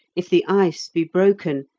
if the ice be broken,